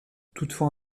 toutefois